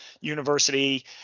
university